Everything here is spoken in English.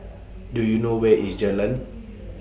Do YOU know Where IS Jalan